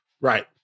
Right